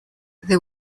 they